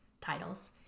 titles